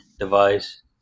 device